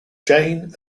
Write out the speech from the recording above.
jane